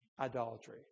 idolatry